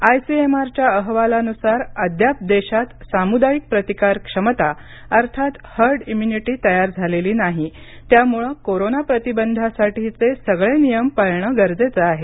आयसीएमआरच्या अहवालानुसार अद्याप देशांत सामुदायिक प्रतिकारक्षमता अर्थात हर्ड इम्युनिटी तयार झालेली नाही त्यामुळे कोरोना प्रतिबंधासाठीचे सगळे नियम पाळणं गरजेचं आहे